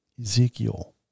Ezekiel